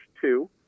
two